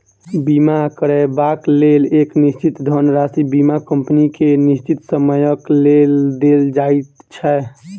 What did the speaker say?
बीमा करयबाक लेल एक निश्चित धनराशि बीमा कम्पनी के निश्चित समयक लेल देल जाइत छै